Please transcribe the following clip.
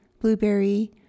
Blueberry